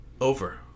Over